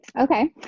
Okay